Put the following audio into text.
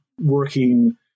working